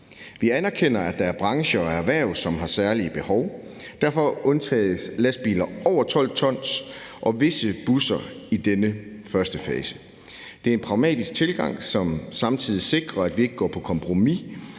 Vi anerkender, at der er brancher og erhverv, som har særlige behov – derfor undtages lastbiler over 12 t og visse busser i denne første fase. Det er en pragmatisk tilgang, som samtidig sikrer, at vi ikke går på kompromis